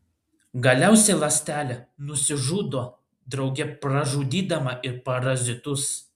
galiausiai ląstelė nusižudo drauge pražudydama ir parazitus